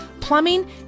plumbing